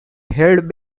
held